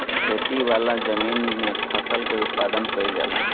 खेती वाला जमीन में फसल के उत्पादन कईल जाला